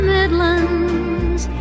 Midlands